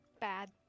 bad